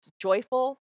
joyful